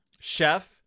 Chef